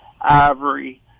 Ivory